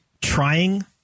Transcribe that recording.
trying